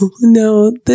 no